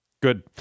good